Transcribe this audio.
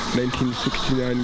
1969